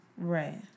Right